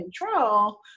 control